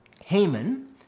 Haman